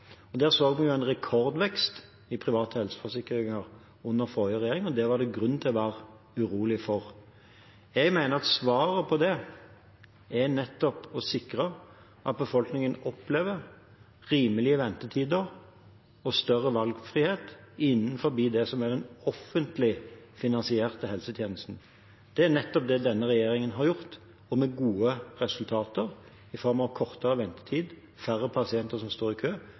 under forrige regjering, og det var det grunn til å være urolig over. Jeg mener at svaret på det nettopp er å sikre at befolkningen opplever rimelige ventetider og større valgfrihet innenfor den offentlig finansierte helsetjenesten. Det er nettopp det denne regjeringen har gjort, med gode resultater, i form av kortere ventetid, færre pasienter som må stå i kø,